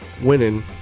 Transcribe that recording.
winning